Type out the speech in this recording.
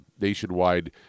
nationwide